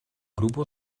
grupo